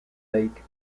lake